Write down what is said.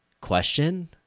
question